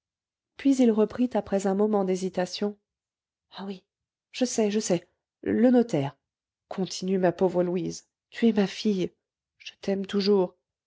puis il reprit après un moment d'hésitation ah oui je sais je sais le notaire continue ma pauvre louise tu es ma fille je t'aime toujours